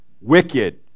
wicked